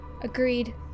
Agreed